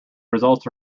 results